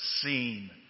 seen